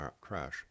crash